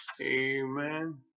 Amen